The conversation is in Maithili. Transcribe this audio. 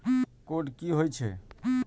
कोड की होय छै?